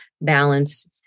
balance